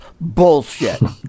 bullshit